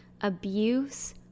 abuse